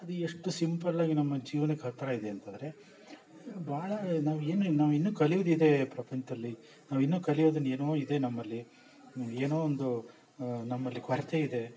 ಅದು ಎಷ್ಟು ಸಿಂಪಲ್ಲಾಗಿ ನಮ್ಮ ಜೀವನಕ್ಕೆ ಹತ್ತಿರ ಇದೆ ಅಂತಂದರೆ ಭಾಳ ನಾವು ಏನು ನಾವು ಇನ್ನು ಕಲ್ಯೊದಿದೆ ಪ್ರಪಂಚದಲ್ಲಿ ನಾವು ಇನ್ನೂ ಕಲಿಯೋದನ್ನ ಏನೋ ಇದೆ ನಮ್ಮಲ್ಲಿ ಏನೋ ಒಂದು ನಮ್ಮಲ್ಲಿ ಕೊರತೆ ಇದೆ